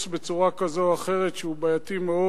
בצורה כזאת או אחרת שהוא בעייתי מאוד.